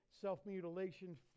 self-mutilation